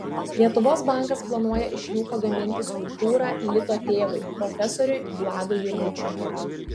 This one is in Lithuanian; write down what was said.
lietuvos bankas planuoja iš jų pagaminti skulptūrą lito tėvui profesoriui vladui jurgučiui